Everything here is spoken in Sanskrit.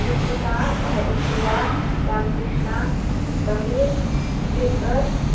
रुचिका हरिप्रिया रामकृष्णः समीरः श्रीकरः